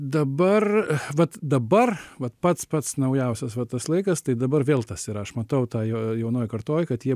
dabar vat dabar vat pats pats naujausias va tas laikas tai dabar vėl tas yra aš matau tą jo jaunoj kartoj kad jie